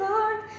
Lord